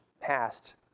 passed